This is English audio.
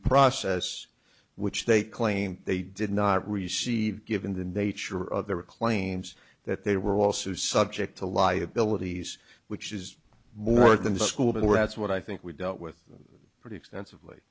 process which they claim they did not receive given the nature of their claims that they were also subject to liabilities which is more than the school board that's what i think we dealt with pretty extensively